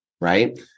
right